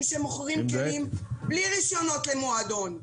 שמוכרים כלים בלי רישיונות למועדון.